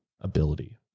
ability